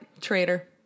Traitor